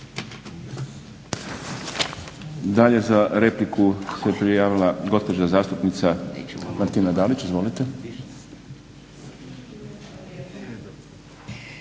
Dalje za repliku se prijavila gospođa zastupnica Martina Dalić. Izvolite.